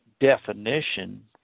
definition